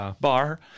Bar